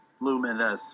luminous